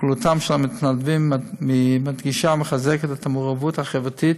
ופעילותם של המתנדבים מדגישה ומחזקת את המעורבות החברתית